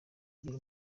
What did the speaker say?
bigira